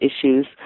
issues